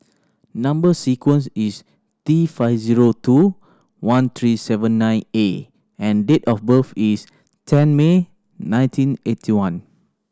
number sequence is T five zero two one three seven nine A and date of birth is ten May nineteen eighty one